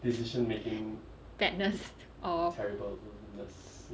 badness or